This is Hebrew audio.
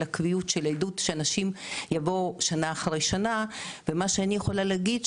הקביעות של העידוד שאנשים יבואו שנה אחרי שנה ומה שאני יכולה להגיד,